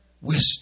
wisdom